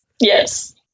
Yes